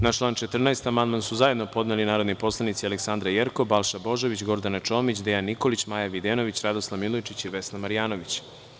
Na član 14. amandman su zajedno podneli narodni poslanici Aleksandra Jerkov, Balša Božović, Gordana Čomić, Dejan Nikolić, Maja Videnović, Radoslav Milojičić i Vesna Marjanović.